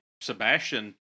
Sebastian